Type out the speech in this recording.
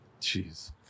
Jeez